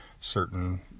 certain